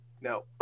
no